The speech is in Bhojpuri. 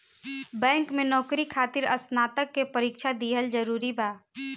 बैंक में नौकरी खातिर स्नातक के परीक्षा दिहल जरूरी बा?